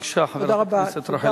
בבקשה, חברת הכנסת רחל אדטו.